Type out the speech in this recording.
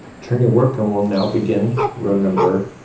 turn your work and we'll now begin row number